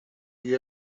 you